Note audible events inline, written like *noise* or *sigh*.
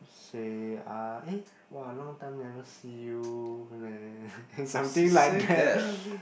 say ah eh !wah! long time never see you something like that *laughs*